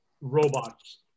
robots